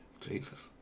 Jesus